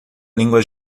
língua